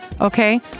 okay